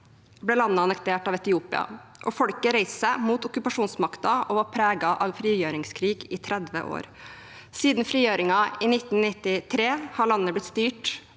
ble landet annektert av Etiopia, og folket reiste seg mot okkupasjonsmakten og var preget av frigjøringskrig i 30 år. Siden frigjøringen i 1993 er landet blitt styrt